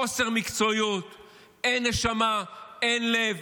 חוסר מקצועיות; אין נשמה, אין לב.